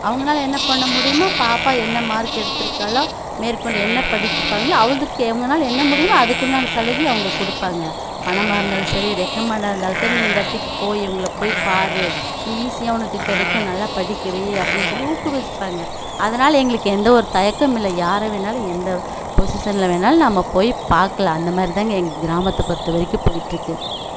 அவங்களால என்ன பண்ண முடியுமோ பாப்பா என்ன மார்க் எடுத்திருக்காளோ மேற்கொண்டு என்ன படிப்பாங்களோ அதுக்கு அவங்களால என்ன முடியுமோ அதுக்குண்டான சலுகையை அவங்க கொடுப்பாங்க பணமாக இருந்தாலும் சரி ரெக்கமண்டாக இருந்தாலும் சரி நீ இந்த இடத்துக்கு போய் இவங்களை போய் பார் ஈஸியாக உனக்கு கிடைக்கும் நல்லா படிக்க வை அப்படின்னு சொல்லி ஊக்குவிச்சுப்பாங்க அதனால் எங்களுக்கு எந்த ஒரு தயக்கமும் இல்லை யாரை வேணுனாலும் எந்த பொசிஷனில் வேணுனாலும் நம்ம போய் பார்க்கலாம் அந்தமாதிரி தான்ங்க எங்கள் கிராமத்தை பொறுத்த வரைக்கும் போய்ட்ருக்கு